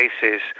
cases